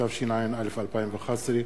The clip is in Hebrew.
התשע"א 2011,